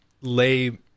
lay